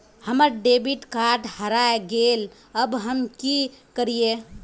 हमर debit card हरा गेले अब हम की करिये?